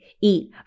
eat